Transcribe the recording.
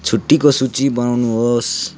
छुट्टीको सूची बनाउनुहोस्